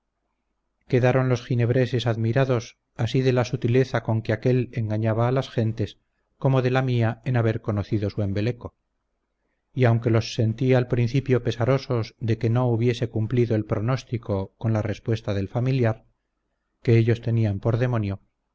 quedaron los ginebreses admirados así de la sutileza con que aquél engañaba a las gentes como de la mía en haber conocido su embeleco y aunque los sentí al principio pesarosos de que no hubiese cumplido el pronóstico con la respuesta del familiar que ellos tenían por demonio